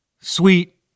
sweet